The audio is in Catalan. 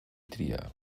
triar